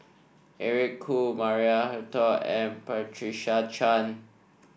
Eric Khoo Maria Hertogh and Patricia Chan